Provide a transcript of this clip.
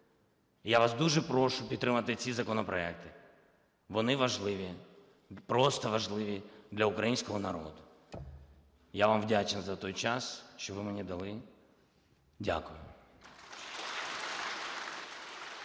я вас дуже прошу підтримати ці законопроекти, вони важливі, просто важливі для українського народу. Я вам вдячний за той час, що ви мені дали. Дякую.